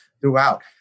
throughout